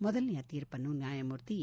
ಮೊದಲನೆಯ ತೀರ್ಪನ್ನು ನ್ನಾಯಮೂರ್ತಿ ಎ